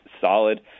solid